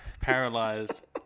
paralyzed